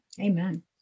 Amen